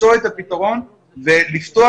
למצוא את הפתרון ולפתוח,